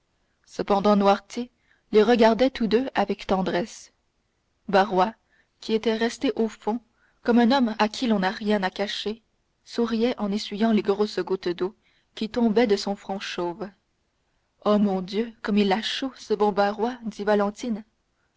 cependant noirtier les regardait tous deux avec tendresse barrois qui était resté au fond comme un homme à qui l'on n'a rien à cacher souriait en essuyant les grosses gouttes d'eau qui tombaient de son front chauve oh mon dieu comme il a chaud ce bon barrois dit valentine